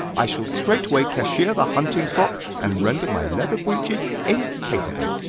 i shall straightway cashier the hunting-frock, and render my leather breeches incapable.